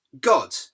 God